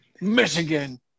Michigan